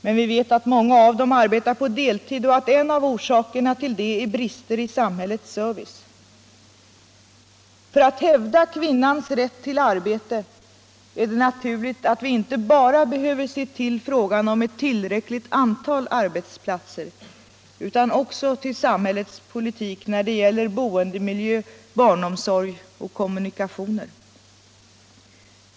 Men vi vet att många av dem arbetar på deltid och att en av orsakerna till detta är brister i samhällets service. För att hävda kvinnans rätt till arbete är det naturligt att vi inte bara ser på frågan om ett tillräckligt antal arbetsplatser utan också på samhällets politik när det gäller boendemiljö, barnomsorg och kommunikationer.